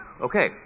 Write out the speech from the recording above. Okay